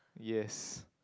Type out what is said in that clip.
yes